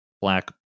black